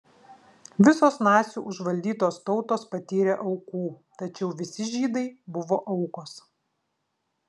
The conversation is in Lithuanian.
visos nacių užvaldytos tautos patyrė aukų tačiau visi žydai buvo aukos